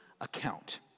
account